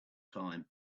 time